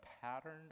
pattern